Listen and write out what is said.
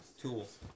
Tools